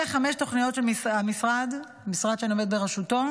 אלו חמש התוכניות של המשרד שאני עומדת בראשותו